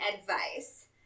advice